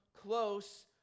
close